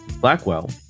Blackwell